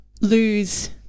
lose